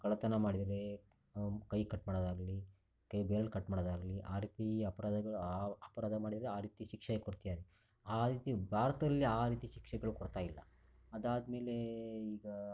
ಕಳ್ಳತನ ಮಾಡಿದರೆ ಕೈ ಕಟ್ ಮಾಡೋದಾಗಲಿ ಕೈ ಬೆರಳು ಕಟ್ ಮಾಡೋದಾಗಲಿ ಆ ರೀತಿ ಅಪರಾಧಗಳು ಆ ಅಪರಾಧ ಮಾಡಿದರೆ ಆ ರೀತಿ ಶಿಕ್ಷೆ ಕೊಡ್ತಿದ್ದಾರೆ ಆ ರೀತಿ ಭಾರತದಲ್ಲಿ ಆ ರೀತಿ ಶಿಕ್ಷೆಗಳು ಕೊಡ್ತಾಯಿಲ್ಲ ಅದಾದ್ಮೇಲೆ ಈಗ